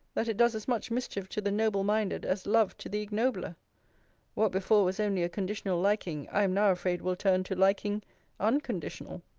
that it does as much mischief to the noble-minded, as love to the ignobler what before was only a conditional liking, i am now afraid will turn to liking unconditional.